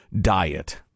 diet